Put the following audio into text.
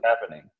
happening